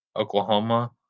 Oklahoma